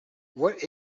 what